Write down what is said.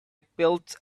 built